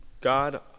God